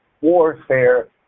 warfare